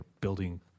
building